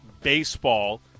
Baseball